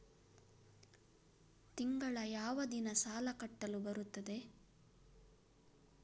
ತಿಂಗಳ ಯಾವ ದಿನ ಸಾಲ ಕಟ್ಟಲು ಬರುತ್ತದೆ?